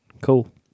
Cool